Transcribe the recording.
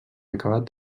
acabat